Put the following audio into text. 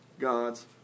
God's